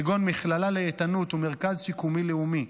כגון מכללה לאיתנות ומרכז שיקומי לאומי,